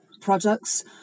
products